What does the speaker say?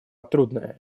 трудная